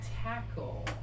tackle